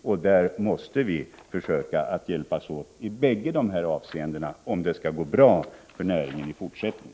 Vi måste försöka att hjälpas åt i bägge dessa avseenden, om det skall gå bra för näringen i fortsättningen.